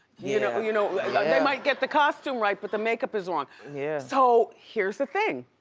you know you know they might get the costume right, but the makeup is wrong. yeah so here's the thing.